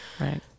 Right